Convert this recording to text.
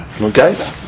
Okay